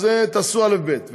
אז תעשו א', ב'.